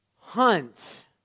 hunt